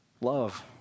Love